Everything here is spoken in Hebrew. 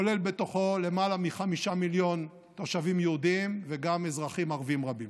וכולל בתוכו למעלה מחמישה מיליון תושבים יהודים וגם אזרחים ערבים רבים.